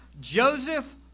Joseph